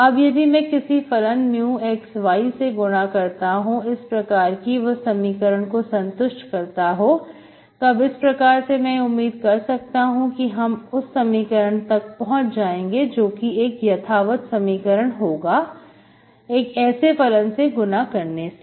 अब यदि मैं किसी फलन μx y से गुना करता हूं इस प्रकार की वह समीकरण को संतुष्ट करता हो तब इस प्रकार में उम्मीद कर सकता हूं कि हम उस समीकरण तक पहुंच जाएंगे जो कि एक यथावत समीकरण होगा एक ऐसे फलन से गुना करने से